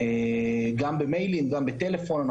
גם במיילים וגם בטלפון,